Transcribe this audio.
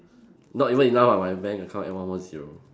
not even enough ah my bank account add one more zero